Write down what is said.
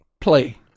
play